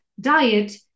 diet